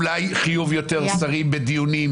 אולי חיוב יותר שרים בדיונים